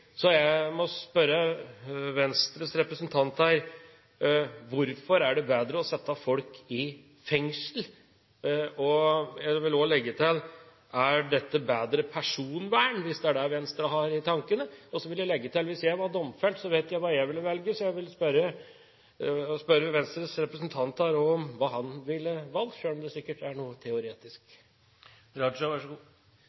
Så jeg må spørre Venstres representant her: Hvorfor er det bedre å sette folk i fengsel? Jeg vil også legge til: Er dette bedre personvern, hvis det er det Venstre har i tankene? Så vil jeg legge til at hvis jeg var domfelt, vet jeg hva jeg ville velge. Jeg vil derfor også spørre Venstres representant her om hva han ville valgt – sjøl om spørsmålet sikkert er noe teoretisk.